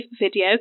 video